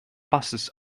passes